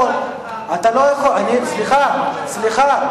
חוצפה חסרת האחריות שלך.